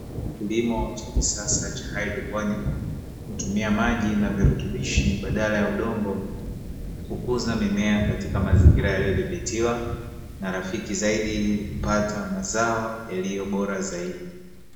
Kilimo cha kisasa cha haidroponi, hutumia maji na virutubishi badala ya udongo, kukuza mimea iliyodhibitiwa na rafiki zaidi ili kupata mazao yaliyo bora zaidi.